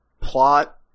plot